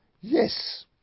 Yes